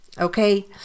Okay